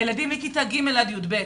הילדים מכיתה ג' עד י"ב,